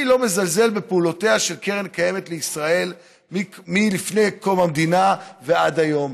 אני לא מזלזל בפעולותיה של קרן קיימת לישראל מלפני קום המדינה ועד היום.